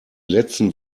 letzten